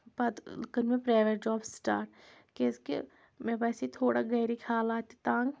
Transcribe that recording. پتہٕ کٔر مےٚ پرٛیویٹ جاب سٹاٹ کیٛازِ کہِ مےٚ باسے تھوڑا گَرِکۍ حالات تہِ تنٛگ